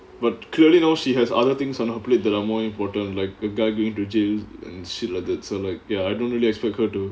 but clearly now she has other things on her plate that are more important like the guy going to jail and shit like that so like ya I don't really expect her to